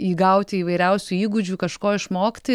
įgauti įvairiausių įgūdžių kažko išmokti